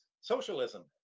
socialism